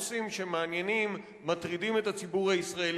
זה משהו שצריך לזעוק